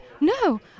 no